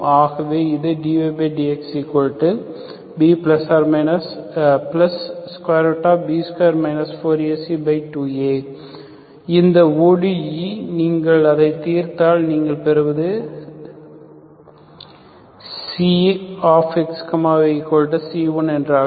ஆகவே இது dydxBB2 4AC2A இந்த ODE நீங்கள் அதைத் தீர்த்தால் நீங்கள் பெறுவது இதை xyc1 என்று அழைப்போம்